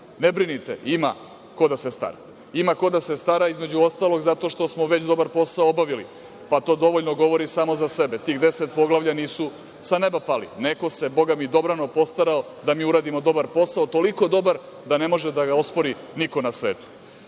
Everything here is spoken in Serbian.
ne brinite, ima ko da se stara. Ima ko da se stara, između ostalog, zato što smo već dobar posao obavili, pa to dovoljno govori samo za sebe, tih 10 poglavlja nisu sa neba pali. Neko se, Boga mi, dobrano postarao da mi uradimo dobar posao, toliko dobar da ne može da ga ospori niko na svetu. Na